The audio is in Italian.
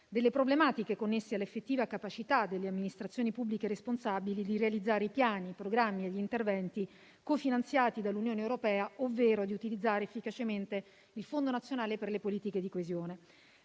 delle problematiche connesse all'effettiva capacità delle amministrazioni pubbliche responsabili di realizzare i piani, i programmi e gli interventi cofinanziati dall'Unione europea, ovvero di utilizzare efficacemente il Fondo nazionale per le politiche di coesione.